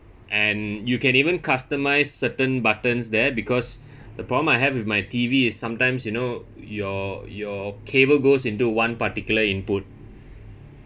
and you can even customise certain buttons there because the problem I have with my T_V is sometimes you know your your cable goes into one particular input